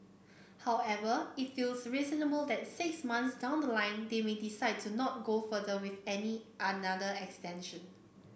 however it feels reasonable that six months down the line they may decide to not go further with any another extension